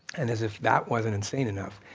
and as if that wasn't insane enough,